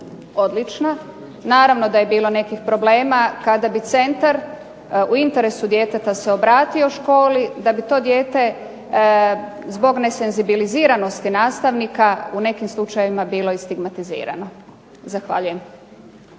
odlična. Naravno da je bilo nekih problema kada bi centar u interesu djeteta se obratio školi da bi to dijete zbog nesenzibiliziranosti nastavnika u nekim slučajevima bilo i stigmatizirano. Zahvaljujem.